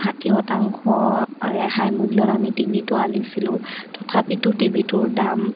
ষাঠি শতাংশ ৰেহাই মূল্য়ত আমি টিভিটো আনিছিলোঁ তথাপিতো টিভিটোৰ দাম